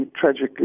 tragically